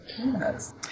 Yes